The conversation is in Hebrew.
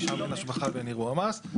כי שם אין השבחה ואין אירוע מס.